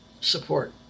support